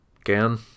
Again